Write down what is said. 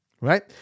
right